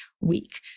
week